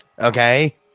Okay